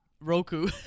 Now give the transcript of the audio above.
Roku